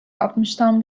altmıştan